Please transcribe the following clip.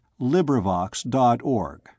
LibriVox.org